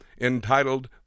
entitled